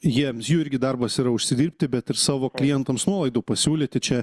jiems jų irgi darbas yra užsidirbti bet ir savo klientams nuolaidų pasiūlyti čia